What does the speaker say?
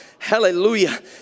Hallelujah